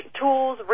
tools